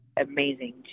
amazing